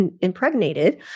impregnated